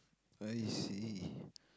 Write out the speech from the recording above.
I see